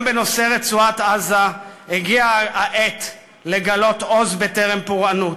גם בנושא רצועת-עזה הגיעה העת לגלות עוז בטרם פורענות.